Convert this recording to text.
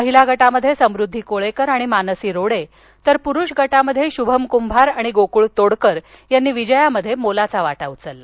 महीला गटात समुद्धी कोळेकर आणि मानसी रोडे तर पुरुष गटात श्भम कृंभार आणि गोकृळ तोडकर यांनी विजयात मोलाचा वाटा उचलला